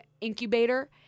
incubator –